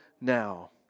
now